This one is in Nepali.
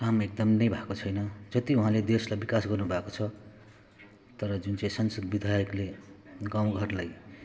काम एकदम नै भएको छैन जति उहाँले देशलाई विकास गर्नु भएको छ तर जुन चाहिँ सांसद विधायकले गाउँ घरलाई